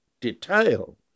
detail